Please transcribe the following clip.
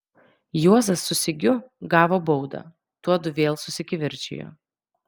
juozas su sigiu gavo baudą tuodu vėl susikivirčijo